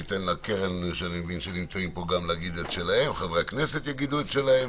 ניתן לקרן שאני מבין שנמצאים פה גם להגיד את שלהם,